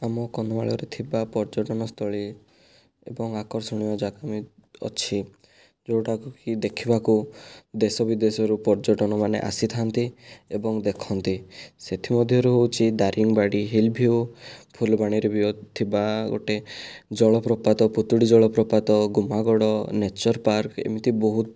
ଆମ କନ୍ଧମାଳରେ ଥିବା ପର୍ଯ୍ୟଟନ ସ୍ଥଳୀ ଏବଂ ଆକର୍ଷଣୀୟ ଜାଗା ଅଛି ଯେଉଁଟାକୁ କି ଦେଖିବାକୁ ଦେଶ ବିଦେଶରୁ ପର୍ଯ୍ୟଟନ ମାନେ ଆସିଥାନ୍ତି ଏବଂ ଦେଖନ୍ତି ସେଥି ମଧ୍ୟରୁ ହେଉଛି ଦାରିଙ୍ଗବାଡ଼ି ହିଲ ଭିଉ ଫୁଲବାଣୀ ରେ ବି ଥିବା ଗୋଟିଏ ଜଳ ପ୍ରପାତ ପୁତୁଡ଼ି ଜଳ ପ୍ରପାତ ଗୁମାଗଡ଼ ନେଚର ପାର୍କ ଏମିତି ବହୁତ